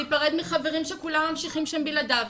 להיפרד מחברים שכולם ממשיכים שם בלעדיו.